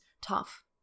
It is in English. tough